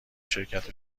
شرکت